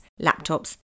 laptops